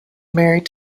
married